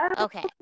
okay